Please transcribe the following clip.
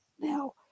now